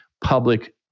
public